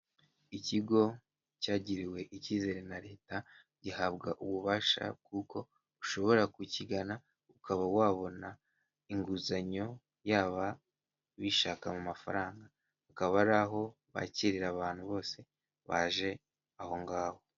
Ikigo cyagiriwe icyizere na leta, gihabwa ububasha bw'uko ushobora kukigana ukaba wabona inguzanyo, yaba uyishaka mu mafaranga. Akaba ari aho bakirira abantu bose baje ahongaho.